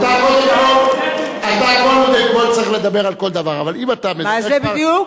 אתה קודם כול צריך לדבר על כל דבר, מה זה בדיוק?